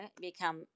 become